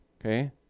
okay